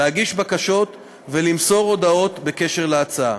להגיש בקשות ולמסור הודעות בקשר להצעה.